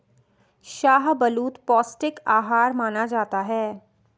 शाहबलूत पौस्टिक आहार माना जाता है